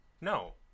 No